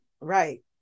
right